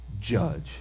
judge